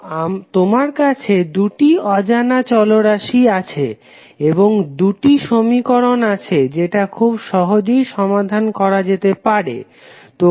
তো তোমার কাছে দুটি অজানা চলরাশি আছে এবং দুটি সমীকরণ আছে যেটা খুব সহজেই সমাধান করা যেতে পারে